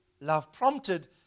love-prompted